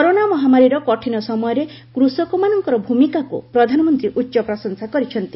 corona ମହାମାରୀର କଠିନ ସମୟରେ କୃଷକମାନଙ୍କ ଭୂମିକାକୁ ପ୍ରଧାନମନ୍ତ୍ରୀ ଉଚ୍ଚ ପ୍ରଶଂସା କରିଛନ୍ତି